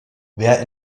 wer